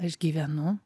aš gyvenu